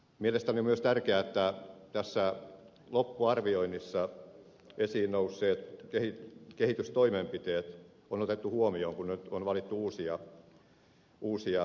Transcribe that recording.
mielestäni on myös tärkeää että tässä loppuarvioinnissa esiin nousseet kehitystoimenpiteet on otettu huomioon kun nyt on valittu uusia ohjelmia